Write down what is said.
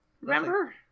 Remember